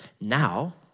Now